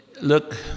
look